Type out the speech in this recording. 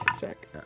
check